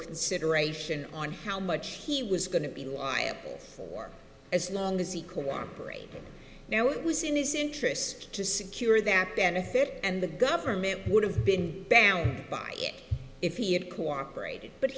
consideration on how much he was going to be liable for as long as he called now it was in his interest to secure that benefit and the government would have been down if he had cooperated but